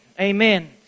Amen